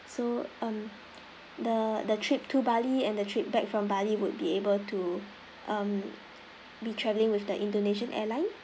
so um on the trip to bali and the trip back from bali would be able to um be traveling with the indonesian airline